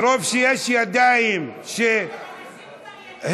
מרוב שיש ידיים שהרימו,